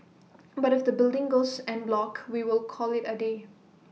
but if the building goes en bloc we will call IT A day